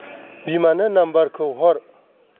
बिमानो नाम्बारखौ हर